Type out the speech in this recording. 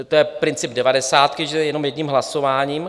To je princip devadesátky, že je jenom jedním hlasováním.